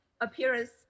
appearance